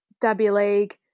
W-League